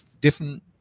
different